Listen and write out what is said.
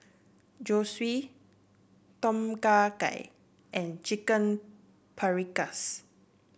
Zosui Tom Kha Gai and Chicken Paprikas